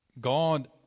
God